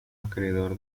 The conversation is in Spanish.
acreedor